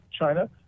China